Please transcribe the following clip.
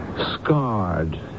scarred